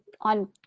on